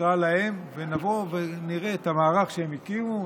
נקרא להם ונבוא ונראה את המערך שהם הקימו.